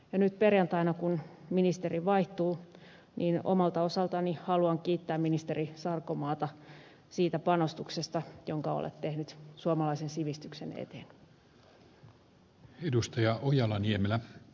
nyt kun ministeri vaihtuu perjantaina omalta osaltani haluan kiittää ministeri sarkomaata siitä panostuksesta jonka olette tehnyt suomalaisen sivistyksen eteen